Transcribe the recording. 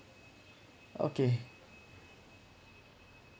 okay